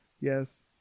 yes